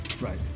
Right